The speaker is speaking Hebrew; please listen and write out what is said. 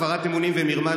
הפרת אמונים ומרמה,